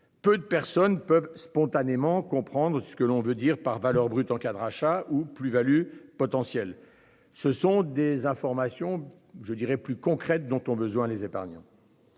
peu de personnes peuvent spontanément comprendre ce que l'on veut dire par valeur brute en cas de rachat ou plus-values potentielles. Ce sont des informations, je dirais plus concrète dont ont besoin les épargnants.